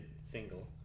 single